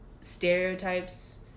stereotypes